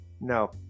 no